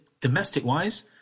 domestic-wise